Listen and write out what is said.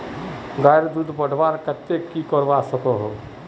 गायेर दूध बढ़वार केते की करवा सकोहो ही?